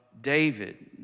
David